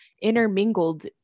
intermingled